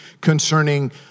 concerning